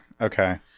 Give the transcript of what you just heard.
Okay